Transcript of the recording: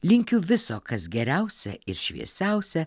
linkiu viso kas geriausia ir šviesiausia